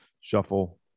shuffle